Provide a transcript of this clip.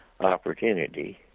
opportunity